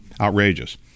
Outrageous